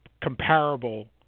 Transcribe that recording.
comparable